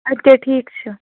اَدٕ کیٛاہ ٹھیٖک چھُ